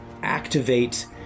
activate